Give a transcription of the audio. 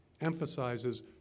emphasizes